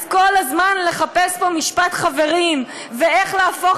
אז כל הזמן לחפש פה משפט חברים ואיך להפוך